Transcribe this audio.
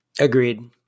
Agreed